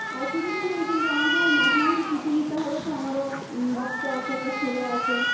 অসুবিধে নেই কিন্তু আমাকেও মাসে মাসে ছুটি দিতে হবে তো আমারও বাচ্চা আছে একটা ছেলে আছে